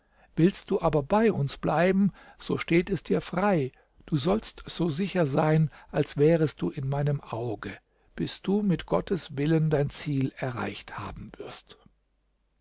willst du aber bei uns bleiben so steht es dir frei du sollst so sicher sein als wärest du in meinem auge bis du mit gottes willen dein ziel erreicht haben wirst